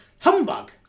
Humbug